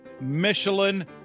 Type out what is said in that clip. michelin